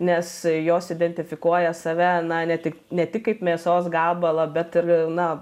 nes jos identifikuoja save ne tik ne tik kaip mėsos gabalą bet ir na